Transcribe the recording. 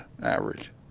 average